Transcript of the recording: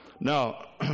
Now